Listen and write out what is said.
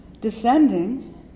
descending